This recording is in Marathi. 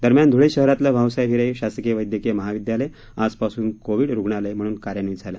दरम्यान ध्ळे शहरातलं भाऊसाहेब हिरे शासकीय वैदयकीय महाविदयालय आजपासून कोविड रुग्णालय म्हणून कार्यान्वित झालं